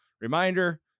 reminder